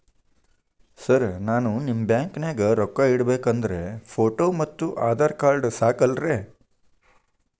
Sir ನಾನು ನಿಮ್ಮ ಬ್ಯಾಂಕನಾಗ ರೊಕ್ಕ ಇಡಬೇಕು ಅಂದ್ರೇ ಫೋಟೋ ಮತ್ತು ಆಧಾರ್ ಕಾರ್ಡ್ ಸಾಕ ಅಲ್ಲರೇ?